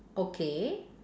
okay